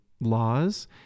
laws